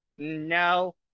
no